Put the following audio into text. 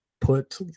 put